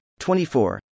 24